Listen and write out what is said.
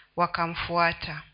wakamfuata